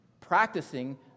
practicing